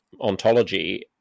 ontology